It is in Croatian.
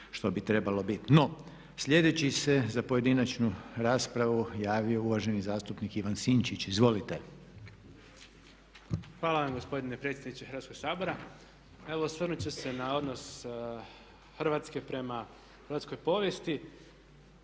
što bi trebalo biti. No, sljedeći se za pojedinačnu raspravu javio uvaženi zastupnik Ivan Sinčić. Izvolite. **Sinčić, Ivan Vilibor (Živi zid)** Hvala vam gospodine predsjedniče Hrvatskog sabora. Evo osvrnut ću se na odnos Hrvatske prema hrvatskoj povijesti